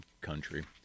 country